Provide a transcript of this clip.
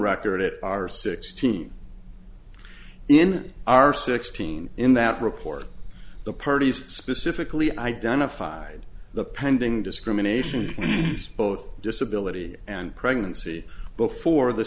record it are sixteen in our sixteen in that report the parties specifically identified the pending discrimination both disability and pregnancy before the